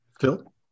Phil